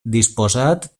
disposat